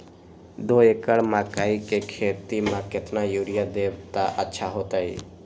दो एकड़ मकई के खेती म केतना यूरिया देब त अच्छा होतई?